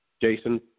Jason